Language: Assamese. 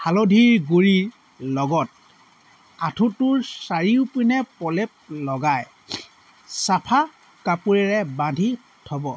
হালধিৰ গুৰিৰ লগত আঁঠুটোৰ চাৰিওপিনে প্ৰলেপ লগাই চাফা কাপোৰেৰে বান্ধি থব